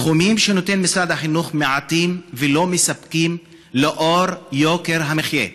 הסכומים שנותן משרד החינוך מעטים ולא מספקים לאור יוקר המחיה.